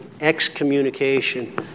excommunication